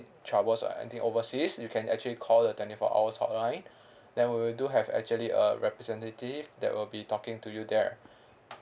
troubles or anything overseas you can actually call the twenty four hours hotline then we'll do have actually a representative that will be talking to you there